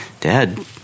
dad